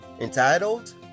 entitled